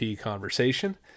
conversation